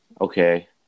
Okay